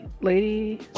lady